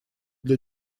для